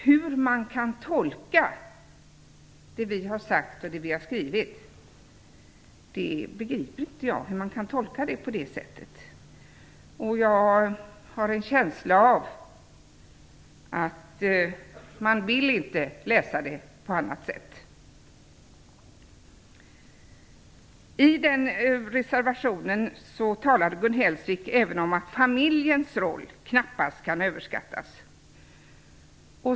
Hur man kan tolka det som vi har sagt och skrivit på det sättet begriper jag inte. Jag har en känsla av att man inte vill läsa det på annat sätt. I den reservationen talar Gun Hellsvik även om att familjens roll knappast kan överskattas.